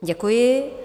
Děkuji.